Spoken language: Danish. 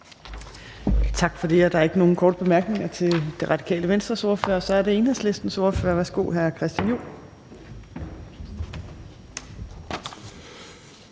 Tak for det. Der er ikke nogen korte bemærkninger til Radikale Venstres ordfører. Så er det Enhedslistens ordfører. Værsgo, hr. Christian Juhl.